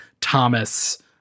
Thomas